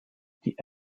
die